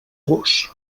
gos